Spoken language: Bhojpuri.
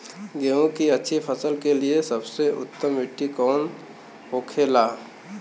गेहूँ की अच्छी फसल के लिए सबसे उत्तम मिट्टी कौन होखे ला?